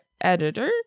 editor